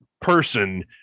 person